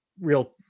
real